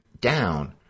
down